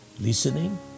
Listening